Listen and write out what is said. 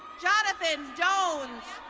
jonathan dones.